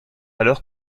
alors